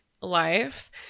life